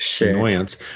annoyance